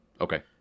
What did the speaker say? okay